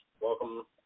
welcome